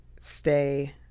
stay